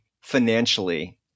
financially